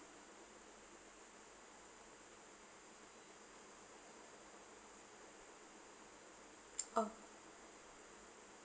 oh